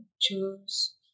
choose